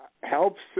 helps